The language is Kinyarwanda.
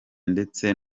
ndetse